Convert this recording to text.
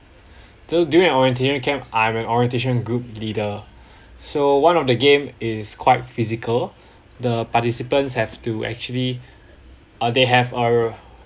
so during our orientation camp I'm an orientation group leader so one of the game is quite physical the participants have to actually uh they have a